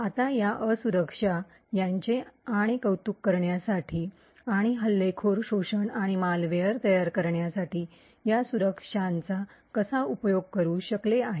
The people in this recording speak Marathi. आता या असुरक्षा यांचे आणि कौतुक करण्यासाठी आणि हल्लेखोर शोषण आणि मालवेअर तयार करण्यासाठी या असुरक्षांचा कसा उपयोग करु शकले आहेत